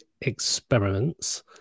experiments